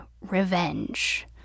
Revenge